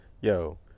Yo